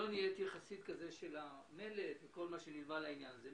לא נהייתי חסיד כזה של המלט וכל מה שנלווה לעניין הזה.